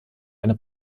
eine